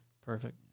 Perfect